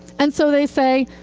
and so they say,